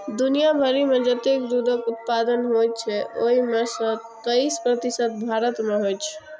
दुनिया भरि मे जतेक दुग्ध उत्पादन होइ छै, ओइ मे सं तेइस प्रतिशत भारत मे होइ छै